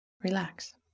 Relax